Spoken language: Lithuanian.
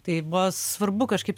tai buvo svarbu kažkaip